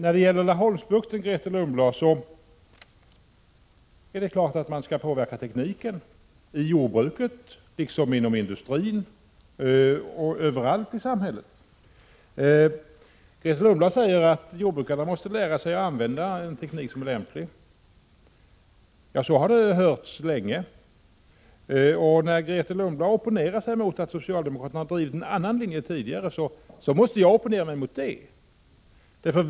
Beträffande Laholmsbukten är det klart att man skall påverka tekniken i jordbruket liksom inom industrin och överallt i samhället. Grethe Lundblad säger att jordbrukarna måste lära sig att använda en teknik som är lämplig. Så har det låtit länge. När Grethe Lundblad opponerar sig mot att socialdemokraterna har drivit en annan linje tidigare måste jag opponera mig mot det.